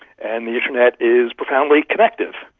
and the internet is profoundly connective.